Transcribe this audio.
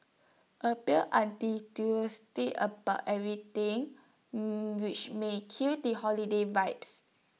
appears about everything which may kill the holiday vibes